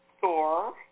Thor